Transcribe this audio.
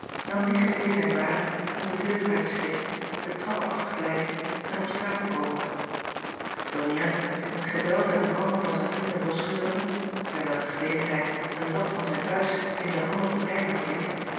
nam die gelegenheid waar om de deur uit te slippen de trap af te glijden en op straat te komen donia zich met geweld uit de handen van zijn vrienden losscheurende bij welke gelegenheid een lap van zijn buis in de handen van eylar bleef